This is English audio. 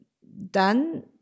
dann